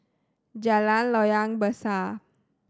Jalan Loyang Besar